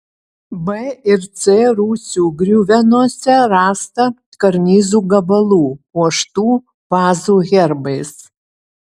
b ir c rūsių griuvenose rasta karnizų gabalų puoštų vazų herbais